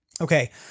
Okay